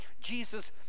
jesus